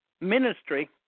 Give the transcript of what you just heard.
ministry